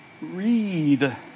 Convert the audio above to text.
Read